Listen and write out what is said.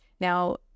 Now